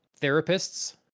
therapists